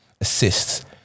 assists